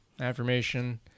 affirmation